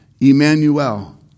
Emmanuel